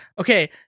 Okay